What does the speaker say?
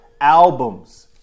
albums